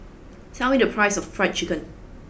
tell me the price of fried chicken